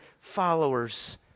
followers